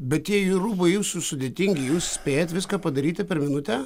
bet tie jų rūbai jūsų sudėtingi jūs spėjat viską padaryti per minutę